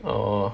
orh